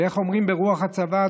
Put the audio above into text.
ואיך אומרים ברוח הצבא,